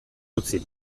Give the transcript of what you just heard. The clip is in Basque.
utzi